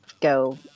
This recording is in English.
go